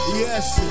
yes